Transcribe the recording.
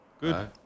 Good